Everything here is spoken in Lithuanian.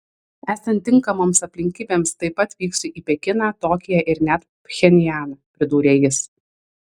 esant tinkamoms aplinkybėms taip pat vyksiu į pekiną tokiją ir net pchenjaną pridūrė jis